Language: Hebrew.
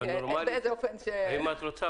את רוצה,